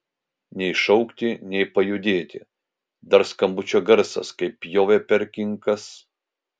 nei šaukti nei pajudėti dar skambučio garsas kaip pjovė per kinkas